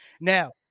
now